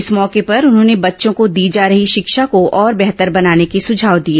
इस मौके पर उन्होंने बच्चों को दी जा रही शिक्षा को और बेहतर बनाने को सुझाव दिए